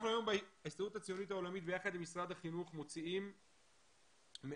אנחנו היום בהסתדרות הציונית העולמית יחד עם משרד החינוך מוציאים מאות,